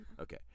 Okay